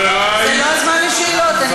חברי, זה לא הזמן לשאלות, אני מצטערת.